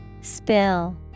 Spill